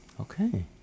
Okay